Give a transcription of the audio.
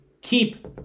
keep